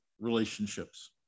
relationships